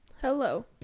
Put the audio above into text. Hello